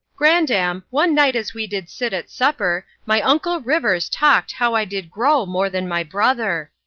grandam, one night as we did sit at supper, my uncle rivers talk'd how i did grow more than my brother.